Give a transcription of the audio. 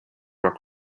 rock